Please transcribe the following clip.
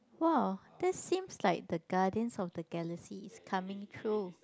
!wow! that seems like the Guardians of the Galaxy is coming true